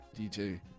dj